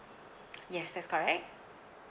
yes that's correct